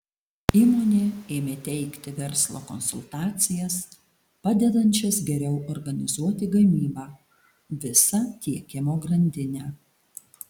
įmonė ėmė teikti verslo konsultacijas padedančias geriau organizuoti gamybą visą tiekimo grandinę